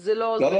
זה לא עוזר.